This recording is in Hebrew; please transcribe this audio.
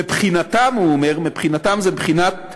מבחינתם" הוא אומר, "מבחינתם" זה מבחינת,